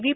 V